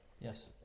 Yes